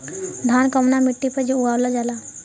धान कवना मिट्टी पर उगावल जाला?